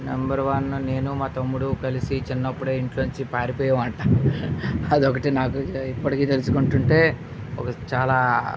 number one నేను మా తమ్ముడు కలిసి చిన్నప్పుడే ఇంట్లో నుంచి పారిపోయామంట అదొక్కటే నాకు ఇప్పటికి తెలుసుకుంటుంటే ఒక చాలా